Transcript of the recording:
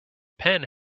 pen